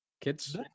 Kids